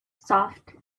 soft